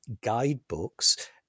guidebooks